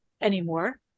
anymore